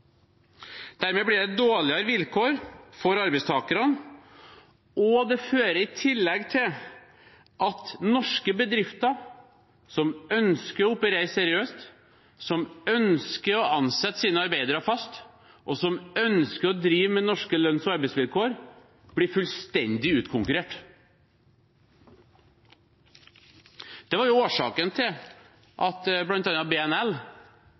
Dermed blir det dårligere vilkår for arbeidstakerne, og det fører i tillegg til at norske bedrifter som ønsker å operere seriøst, som ønsker å ansette sine arbeidere fast, og som ønsker å drive med norske lønns- og arbeidsvilkår, blir fullstendig utkonkurrert. Det var årsaken til at bl.a. BNL,